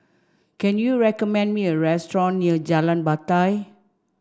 can you recommend me a restaurant near Jalan Batai